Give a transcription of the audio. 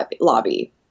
lobby